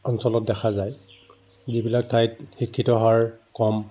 অঞ্চলত দেখা যায় যিবিলাক ঠাইত শিক্ষিত হাৰ কম